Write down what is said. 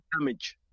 damage